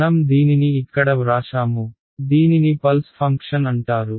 మనం దీనిని ఇక్కడ వ్రాశాము దీనిని పల్స్ ఫంక్షన్ అంటారు